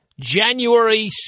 January